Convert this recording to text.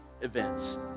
events